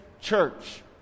church